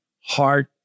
heart